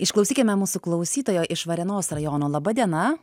išklausykime mūsų klausytojo iš varėnos rajono laba diena